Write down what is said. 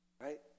right